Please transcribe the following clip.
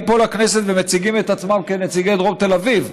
פה לכנסת ומציגים את עצמם כנציגי דרום תל אביב.